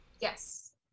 yes